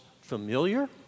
familiar